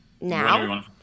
now